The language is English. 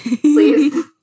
Please